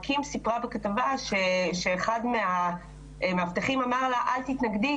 קים סיפרה שאחד המאבטחים אמר לה - אל תתנגדי,